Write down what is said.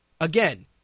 Again